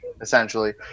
essentially